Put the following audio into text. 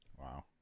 Wow